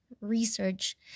research